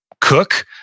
cook